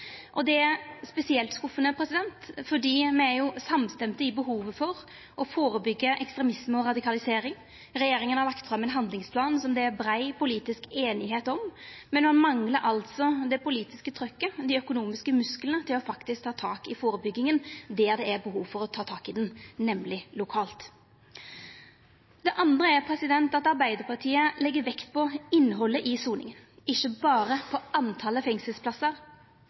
Det er spesielt skuffande fordi me er samstemte i at det er behov for å førebyggja ekstremisme og radikalisering. Regjeringa har lagt fram ein handlingsplan som det er brei politisk einigheit om, men ein manglar altså det politiske trykket, dei økonomiske musklane, til faktisk å ta tak i førebygginga der det er behov for å ta tak i ho, nemleg lokalt. Det andre er at Arbeidarpartiet legg vekt på innhaldet i soninga, ikkje berre på talet på fengselsplassar.